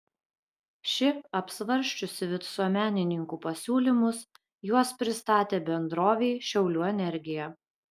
ši apsvarsčiusi visuomenininkų pasiūlymus juos pristatė bendrovei šiaulių energija